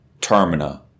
Termina